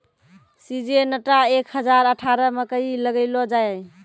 Syngenta एक हजार अठारह मकई लगैलो जाय?